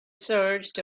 searched